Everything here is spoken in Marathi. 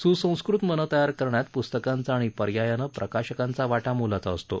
ससंस्कृत मनं तयार करण्यात पस्तकांचा आणि पर्यायानं प्रकाशकांचा वाटा मोलाचा असतो